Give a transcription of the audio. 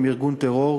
עם ארגון טרור,